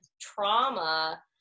trauma